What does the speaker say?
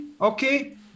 Okay